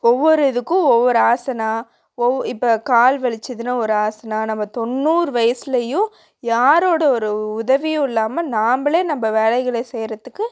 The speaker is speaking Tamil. ஒவ்வொரு இதுக்கும் ஒவ்வொரு ஆசனா ஒவ் இப்போ கால் வலிச்சிதுனா ஒரு ஆசனா நம்ம தொண்ணூறு வயசுலேயும் யாரோடய ஒரு உதவியும் இல்லாமல் நம்மளே நம்ம வேலைகளை செய்கிறத்துக்கு